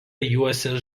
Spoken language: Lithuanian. juosia